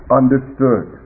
understood